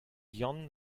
yann